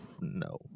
no